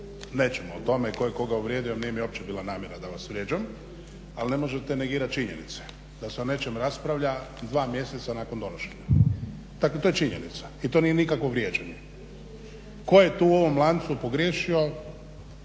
nećemo o tome ko je koga uvrijedio, nije mi uopće bila namjera da vas vrijeđam. Ali ne možete negirat činjenice da se o nečem raspravlja 2 mjeseca nakon donošenja. Dakle to je činjenica i to nije nikakvo vrijeđanje. Ko je tu u ovom lancu pogriješio,